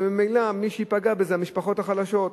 וממילא מי שייפגע מזה הן המשפחות החלשות.